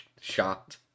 shot